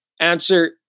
answer